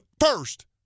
first